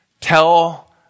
Tell